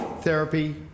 therapy